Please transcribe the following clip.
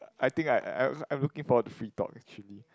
I think I I I'm looking forward to free talk actually